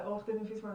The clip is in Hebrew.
עורכת הדין פיסמן,